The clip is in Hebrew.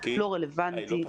לא רלוונטי.